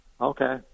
Okay